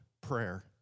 prayer